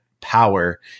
power